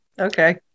Okay